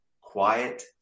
quiet